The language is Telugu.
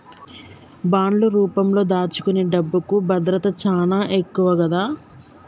బాండ్లు రూపంలో దాచుకునే డబ్బుకి భద్రత చానా ఎక్కువ గదా